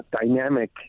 dynamic